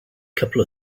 couple